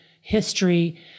history